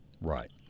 Right